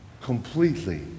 completely